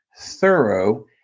thorough